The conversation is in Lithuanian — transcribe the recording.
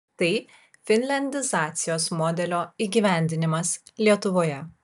tai finliandizacijos modelio įgyvendinimas lietuvoje